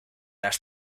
las